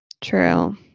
True